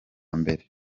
mbere